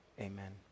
amen